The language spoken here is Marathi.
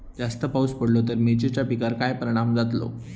जास्त पाऊस पडलो तर मिरचीच्या पिकार काय परणाम जतालो?